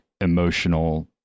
emotional